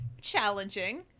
challenging